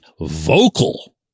vocal